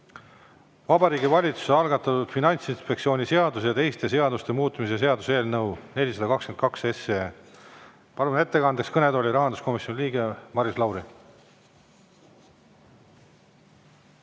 Vabariigi Valitsuse algatatud Finantsinspektsiooni seaduse ja teiste seaduste muutmise seaduse eelnõu 422. Palun ettekandeks kõnetooli rahanduskomisjoni liikme Maris Lauri.